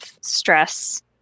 stress